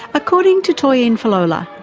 according to toyin falola,